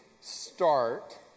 start